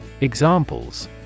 Examples